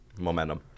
momentum